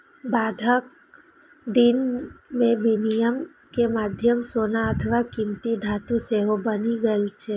बादक दिन मे विनिमय के माध्यम सोना अथवा कीमती धातु सेहो बनि गेल रहै